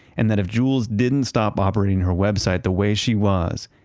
and that if jules didn't stop operating her website the way she was,